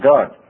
God